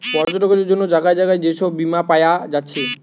পর্যটকদের জন্যে জাগায় জাগায় যে সব বীমা পায়া যাচ্ছে